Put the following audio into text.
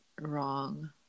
wrong